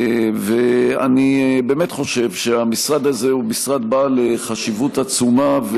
אני באמת חושב שהמשרד הזה הוא משרד בעל חשיבות עצומה,